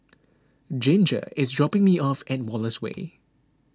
Ginger is dropping me off at Wallace Way